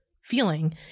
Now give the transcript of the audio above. feeling